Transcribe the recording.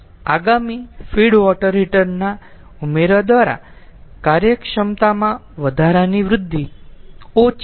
આગામી feed water heater ના ઉમેરા દ્વારા કાર્યક્ષમતામાં વધારાની વૃદ્ધિ ઓછી છે